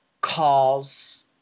calls